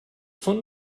von